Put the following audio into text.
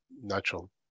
natural